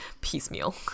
Piecemeal